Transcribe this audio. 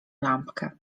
lampkę